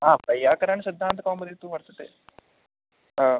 आं वैयाकरणसिद्धान्तकौमुदी तु वर्तते